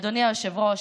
אדוני היושב-ראש,